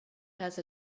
has